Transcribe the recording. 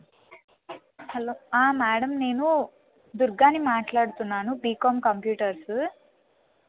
hello madam నేను దుర్గాని మాట్లాడుతున్నాను బీకాం కంప్యూటర్సు